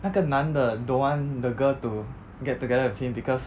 那个男的 don't want the girl to get together with him because